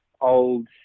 old